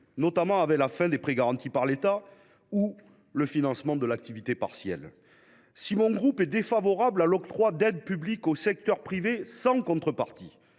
en lien avec la fin des prêts garantis par l’État ou le financement de l’activité partielle. Si nous sommes défavorables à l’octroi d’aides publiques au secteur privé sans contreparties,